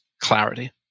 clarity